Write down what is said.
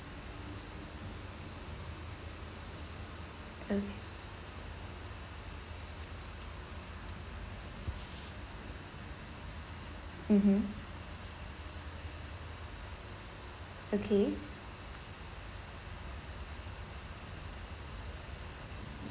okay mmhmm okay